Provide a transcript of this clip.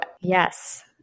yes